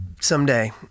someday